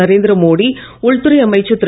நரேந்திர மோடி உள்துறை அமைச்சர் திரு